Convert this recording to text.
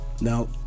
Now